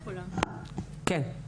כן.